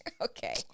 Okay